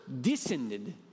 descended